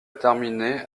terminé